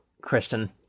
Kristen